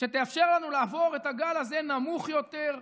שתאפשר לנו לעבור את הגל הזה נמוך יותר,